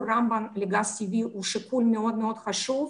רמב"ם לגז טבעי הוא שיקול מאוד מאוד חשוב,